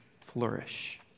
flourish